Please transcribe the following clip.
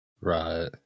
Right